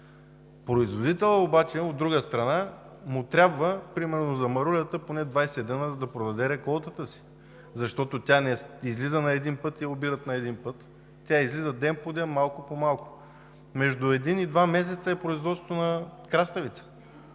производителя обаче, от друга страна, му трябва, примерно за марулята, поне 20 дни, за да продаде реколтата си, защото тя не излиза на един път, не я обират на един път. Тя излиза ден по ден, малко по малко. Между един и два месеца е производството на краставици.